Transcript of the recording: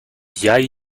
jay